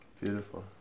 beautiful